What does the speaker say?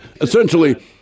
essentially